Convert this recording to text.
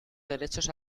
derechos